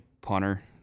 punter